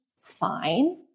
fine